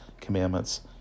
Commandments